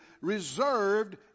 reserved